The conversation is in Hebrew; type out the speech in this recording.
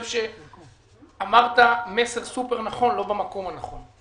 אמרת מסר סופר-נכון, לא במקום הנכון.